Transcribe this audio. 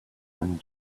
and